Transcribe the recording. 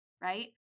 right